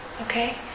Okay